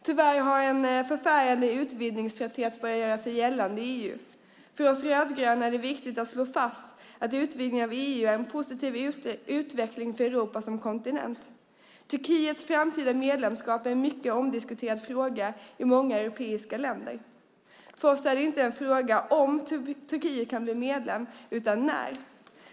Tyvärr har en förfärande utvidgningströtthet börjat göra sig gällande i EU. För oss rödgröna är det viktigt att slå fast att utvidgningen av EU är en positiv utveckling för Europa som kontinent. Turkiets framtida medlemskap är en mycket omdiskuterad fråga i många europeiska länder. För oss är det inte en fråga om Turkiet kan bli medlem utan när.